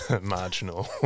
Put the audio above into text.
marginal